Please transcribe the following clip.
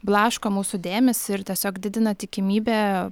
blaško mūsų dėmesį ir tiesiog didina tikimybę